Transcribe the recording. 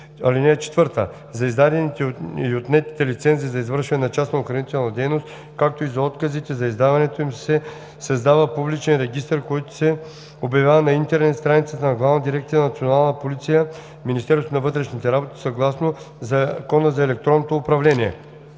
престъпления. (4) За издадените и отнетите лицензи за извършване на частна охранителна дейност, както и за отказите за издаването им се създава публичен регистър, който се обявява на интернет страницата на Главна дирекция „Национална полиция“ – МВР, съгласно Закона за електронното управление.“